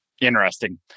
Interesting